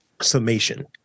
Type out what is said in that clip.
summation